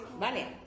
Vale